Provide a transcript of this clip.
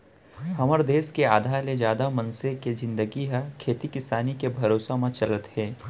हमर देस के आधा ले जादा मनसे के जिनगी ह खेती किसानी के भरोसा म चलत हे